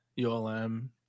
ULM